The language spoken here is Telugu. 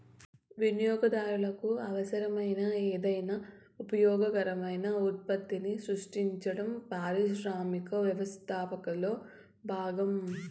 వినియోగదారులకు అవసరమైన ఏదైనా ఉపయోగకరమైన ఉత్పత్తిని సృష్టించడం పారిశ్రామిక వ్యవస్థాపకతలో భాగం